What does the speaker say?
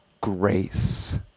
grace